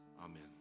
amen